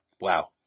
Wow